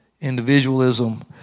Individualism